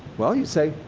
well, you say,